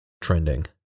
Trending